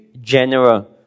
general